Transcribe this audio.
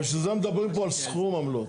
אבל בשביל זה מדברים פה על סכום עמלות.